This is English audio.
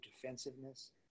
defensiveness